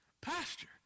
pasture